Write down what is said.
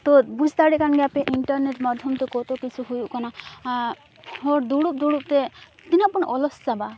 ᱛᱚ ᱵᱩᱡᱽ ᱫᱟᱲᱮᱭᱟᱜ ᱠᱟᱱ ᱜᱮᱭᱟᱯᱮ ᱤᱱᱴᱟᱨᱱᱮᱴ ᱢᱟᱫᱫᱷᱚᱢᱛᱮ ᱠᱚᱛᱚ ᱠᱤᱪᱷᱩ ᱦᱩᱭᱩᱜ ᱠᱟᱱᱟ ᱦᱚᱲ ᱫᱩᱲᱩᱵ ᱫᱩᱲᱩᱵᱛᱮ ᱛᱤᱱᱟᱹᱜ ᱵᱚᱱ ᱚᱞᱚᱥ ᱪᱟᱵᱟᱜᱼᱟ